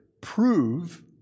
prove